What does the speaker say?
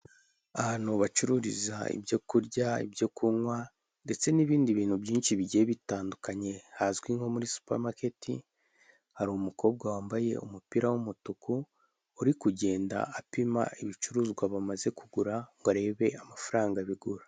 Ahantu bacururiza ibyoku kurya, ibyo kunywa ndetse n'ibindi bintu byinshi bigiye bitandukanye hazwi nko muri Supamaketi, hari umukobwa wambaye umupira w'umutuku, uri kugenda apima ibicuruzwa bamaze kugura ngo arebe amafaranga bigura.